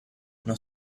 non